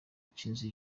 cy’inzu